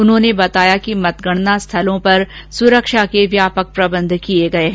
उन्होंने बताया कि मतगणना स्थलों पर सुरक्षा के व्यापक प्रबंध किए हैं